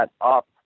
up